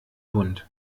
bunt